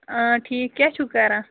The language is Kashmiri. آ ٹھیٖک کیٛاہ چھُو کَران